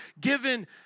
given